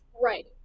Right